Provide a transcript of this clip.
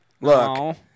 Look